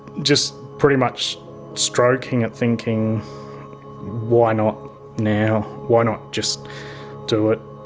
just pretty much stroking it, thinking why not now, why not just do it